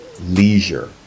leisure